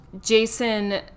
jason